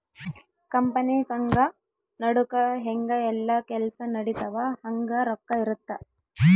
company ಸಂಘ ನಡುಕ ಹೆಂಗ ಯೆಲ್ಲ ಕೆಲ್ಸ ನಡಿತವ ಹಂಗ ರೊಕ್ಕ ಇರುತ್ತ